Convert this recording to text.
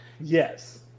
Yes